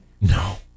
No